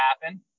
happen